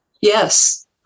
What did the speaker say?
Yes